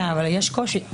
כן, אבל יש קושי.